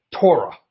Torah